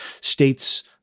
states